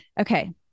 Okay